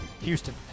Houston